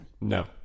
No